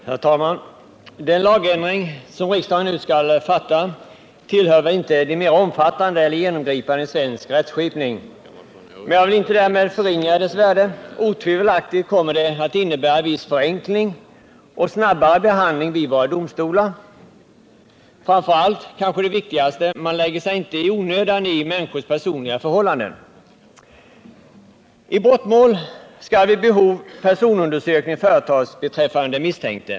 Herr talman! Det beslut om lagändring som riksdagen nu skall fatta tillhör väl inte de mera omfattande eller genomgripande i svensk lagstiftning. Men jag vill inte därmed förringa dess värde. Otvivelaktigt kommer det att innebära viss förenkling och snabbare behandling vid våra domstolar. Framför allt — kanske det viktigaste — man lägger sig inte i onödan i människors personliga förhållanden. I brottmål skall vid behov personundersökning företas beträffande den misstänkte.